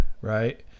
right